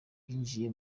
yinjiye